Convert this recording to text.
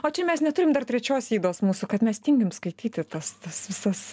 o čia mes neturim dar trečios ydos mūsų kad mes tingim skaityti tas tas visas